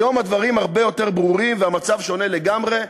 היום הדברים הרבה יותר ברורים והמצב שונה לגמרי,